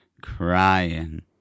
Crying